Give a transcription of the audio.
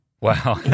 Wow